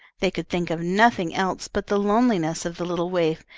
they could think of nothing else but the loneliness of the little waif,